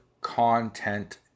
content